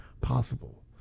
possible